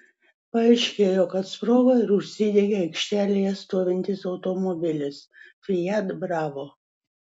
paaiškėjo kad sprogo ir užsidegė aikštelėje stovintis automobilis fiat bravo